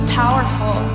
powerful